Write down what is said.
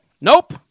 Nope